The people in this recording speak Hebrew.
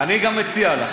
אני גם מציע לך.